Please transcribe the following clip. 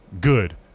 good